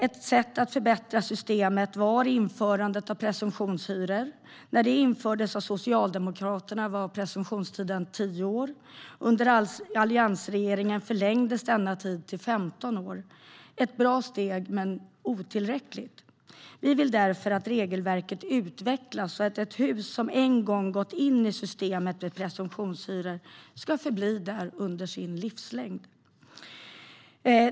Ett sätt att förbättra systemet var införandet av presumtionshyror. När det infördes av Socialdemokraterna var presumtionstiden 10 år. Under alliansregeringen förlängdes denna tid till 15 år - ett bra steg, men otillräckligt. Vi vill därför att regelverket utvecklas så att ett hus som en gång har kommit in i systemet med presumtionshyror ska förbli där under sin livslängd.